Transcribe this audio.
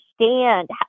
understand